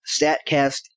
statcast